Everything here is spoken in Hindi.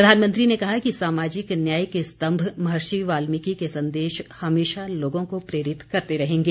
प्रधानमंत्री ने कहा कि सामाजिक न्याय के स्तंभ महर्षि वाल्मिकि के संदेश हमेशा लोगों को प्रेरित करते रहेंगे